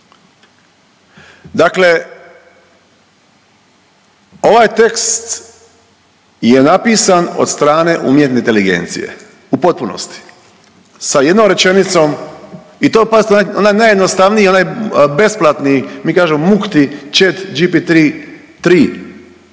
Dakle ovaj tekst je napisan od strane umjetne inteligencije u potpunosti. Sa jednom rečenicom i to pazite, najjednostavniji, onaj besplatni, mi kažemo mukti Chat GP 3, 3,